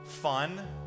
Fun